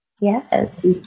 Yes